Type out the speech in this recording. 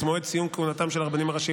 את מועד סיום כהונתם של הרבנים הראשיים